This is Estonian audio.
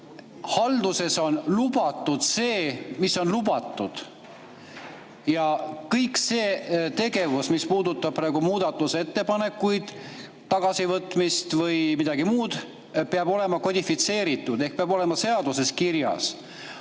halduses on lubatud see, mis on lubatud. Ja kõik see tegevus, mis puudutab praegu muudatusettepanekuid, tagasivõtmist või midagi muud, peab olema kodifitseeritud ehk peab olema seaduses kirjas.